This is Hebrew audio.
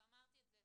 ואמרתי את זה,